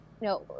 no